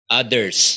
others